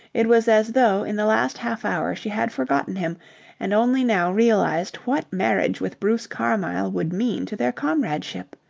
it was as though in the last half-hour she had forgotten him and only now realized what marriage with bruce carmyle would mean to their comradeship.